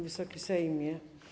Wysoki Sejmie!